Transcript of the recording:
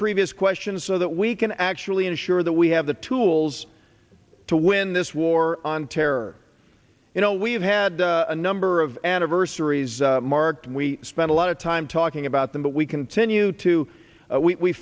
previous question so that we can actually ensure that we have the tools to win this war on terror you know we've had a number of anniversaries mark we spent a lot of time talking about them but we continue to we